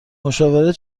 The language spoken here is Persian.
مشاوره